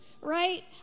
right